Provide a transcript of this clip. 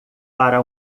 para